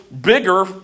bigger